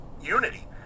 unity